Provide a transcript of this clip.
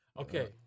Okay